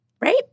right